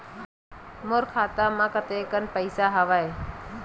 मोर खाता म कतेकन पईसा हवय?